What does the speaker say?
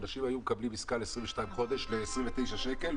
שאנשים היו מקבלים עסקה ל-22 חודשים ב-29 שקל,